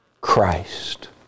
Christ